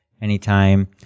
anytime